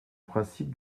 principe